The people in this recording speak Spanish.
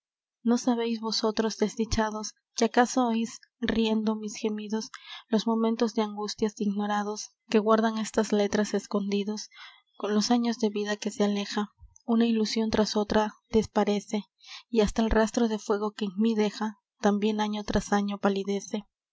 no sabeis vosotros desdichados que acaso oís riendo mis gemidos los momentos de angustias ignorados que guardan estas letras escondidos con los años de vida que se aleja una ilusion tras otra desparece y hasta el rastro de fuego que en mí deja tambien año tras año palidece